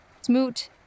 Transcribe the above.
Smoot